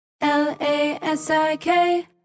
L-A-S-I-K